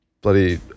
Bloody